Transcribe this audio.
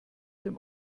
dem